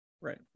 Right